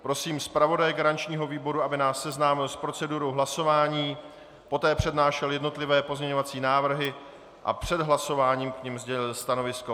Prosím zpravodaje garančního výboru, aby nás seznámil s procedurou hlasování, poté přednášel jednotlivé pozměňující návrhy a před hlasováním k nim sdělil stanovisko.